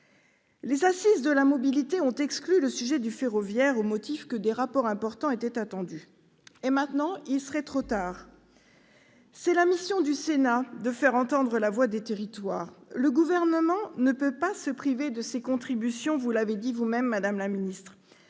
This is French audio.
nationales de la mobilité ont exclu le sujet du ferroviaire au motif que des rapports importants étaient attendus. Et maintenant, il serait trop tard ? C'est la mission du Sénat de faire entendre la voix des territoires. Le Gouvernement ne peut pas se priver de ses contributions, vous l'avez dit vous-même, madame la ministre,